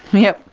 yep,